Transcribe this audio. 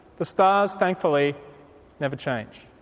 the stars thankfully never change.